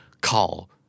call